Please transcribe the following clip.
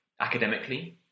academically